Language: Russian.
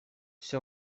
все